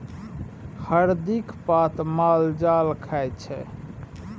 हरदिक पात माल जाल खाइ छै